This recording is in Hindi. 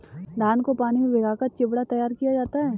धान को पानी में भिगाकर चिवड़ा तैयार किया जाता है